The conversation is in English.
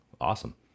Awesome